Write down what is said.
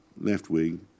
left-wing